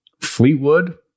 Fleetwood